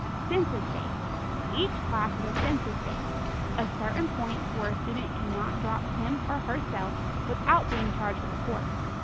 census date each class has a census date a certain point where a student cannot drop him or herself without being charged for the course.